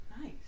Nice